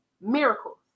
Miracles